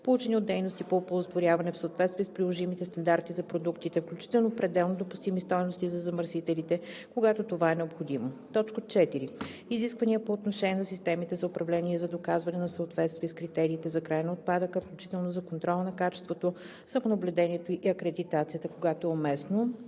получени от дейности по оползотворяване, в съответствие с приложимите стандарти за продуктите, включително пределно допустими стойности за замърсителите, когато това е необходимо; 4. изисквания по отношение на системите за управление за доказване на съответствие с критериите за край на отпадъка, включително за контрола на качеството, самонаблюдението и акредитацията, когато е уместно,